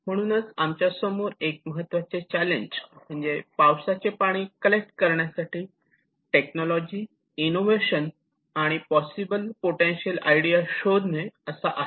म्हणूनच आमच्या समोर एक महत्त्वाचे चॅलेंज म्हणजे पावसाचे पाणी कलेक्ट करण्यासाठी टेक्नॉलॉजी इनोव्हेशन आणि पॉसिबल पोटेन्शिअल आयडिया शोधणे असा आहे